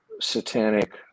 satanic